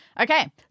Okay